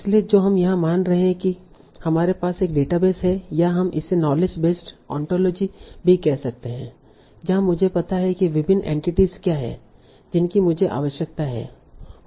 इसलिए जो हम यहां मान रहे हैं की हमारे पास एक डेटाबेस है या हम इसे नॉलेज बेस्ड ऑनटोलोजी भी कह सकते हैं जहां मुझे पता है कि विभिन्न एंटिटीस क्या हैं जिनकी मुझे आवश्यकता है